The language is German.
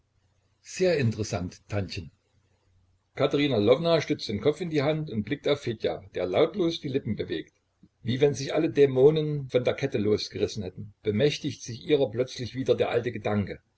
sehr interessant tantchen katerina lwowna stützt den kopf in die hand und blickt auf fedja der lautlos die lippen bewegt wie wenn sich alle dämonen von den ketten losgerissen hätten bemächtigt sich ihrer plötzlich wieder der alte gedanke